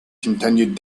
continued